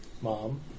Mom